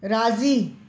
राज़ी